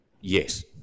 Yes